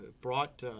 brought